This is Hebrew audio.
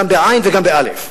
גם בעי"ן וגם באל"ף.